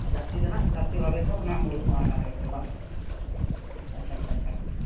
ᱡᱟᱹᱥᱛᱤ ᱫᱚ ᱱᱟᱦᱟᱸᱜ ᱡᱟᱹᱥᱛᱤ ᱵᱷᱟᱵᱮ ᱫᱚ ᱚᱱᱟ ᱢᱩᱞᱩᱜ ᱢᱚᱬᱮ ᱢᱟᱦᱟ ᱨᱮᱜᱮ ᱵᱟᱝ ᱟᱪᱪᱷᱟ ᱟᱪᱪᱷᱟ ᱟᱪᱪᱷᱟ ᱟᱪᱪᱷᱟ